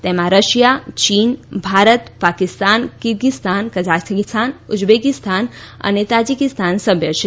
તેમાં રશિયા ચીન Bharat Pakistan Kyrgyzstan Kazakhstan Uzbekistan અને તાજીકિસ્તાન સભ્ય છે